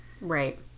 Right